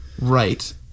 Right